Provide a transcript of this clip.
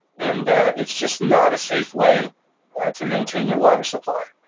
and it's just not a safe way to maintain your water supply.